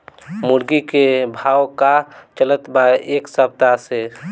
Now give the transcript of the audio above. मुर्गा के भाव का चलत बा एक सप्ताह से?